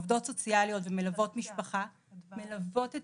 עובדות סוציאליות ומלוות משפחה מלוות את